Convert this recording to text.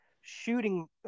shooting